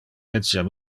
etiam